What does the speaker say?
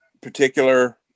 particular